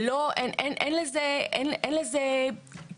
אין לזה קשר.